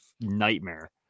nightmare